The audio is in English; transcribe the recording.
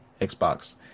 Xbox